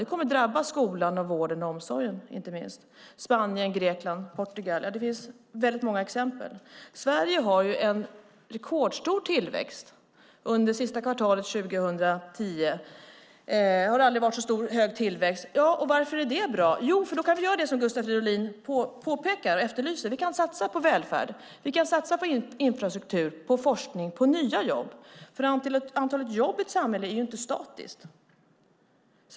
Det kommer att drabba skolan, vården och inte minst omsorgen. Det gäller Spanien, Grekland och Portugal - det finns många exempel. Sverige hade en rekordstor tillväxt under det sista kvartalet 2010. Det har aldrig varit så hög tillväxt. Varför är det bra? Jo, då kan vi göra det som Gustav Fridolin påpekar och efterlyser. Vi kan satsa på välfärd. Vi kan satsa på infrastruktur, på forskning och på nya jobb. Antalet jobb i ett samhälle är inte statiskt.